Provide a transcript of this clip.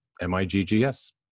M-I-G-G-S